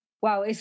Wow